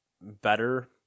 better